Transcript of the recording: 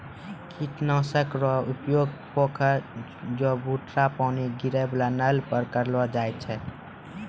कीट नाशक रो उपयोग पोखर, चवुटरा पानी गिरै वाला नल पर करलो जाय छै